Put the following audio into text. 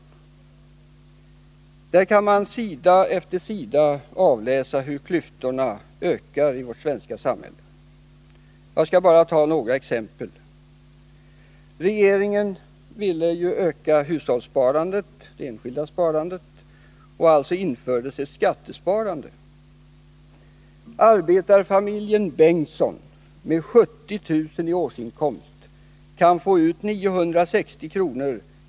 I den kan man på sida efter sida avläsa hur klyftorna ökar i vårt svenska samhälle. Jag skall bara ta några exempel. Regeringen ville öka hushållssparandet, alltså det enskilda sparandet, och man införde ett skattesparande. Arbetarfamiljen Bengtsson med 70 000 kr. i årsinkomst kan få ut 960 kr.